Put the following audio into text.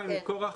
מכורח